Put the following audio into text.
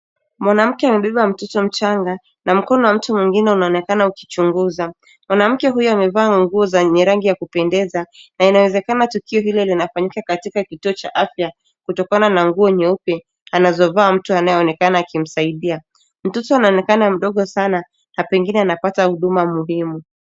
Mwanamke amembeba mtoto mchanga na mkono wa mtu mwingine unaonekana ukichunguza. Mwanamke huyo amevaa nguo zenye rangi ya kupendeza na inawezekana tukio hilo linafanyika katika kituo cha afya, kutokana na nguo nyeupe anazovaa mtu anayeonekana akimsaidia. Mtoto anaonekana mdogo sana na pengine anapata huduma muhimu.